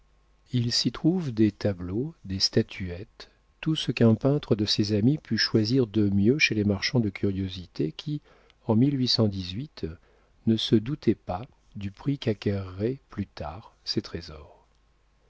il s'y trouve des tableaux des statuettes tout ce qu'un peintre de ses amis put choisir de mieux chez les marchands de curiosités qui en ne se doutaient pas du prix qu'acquerraient plus tard ces trésors